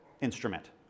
instrument